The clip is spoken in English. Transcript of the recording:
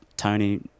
Tony